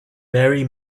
mary